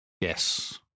Yes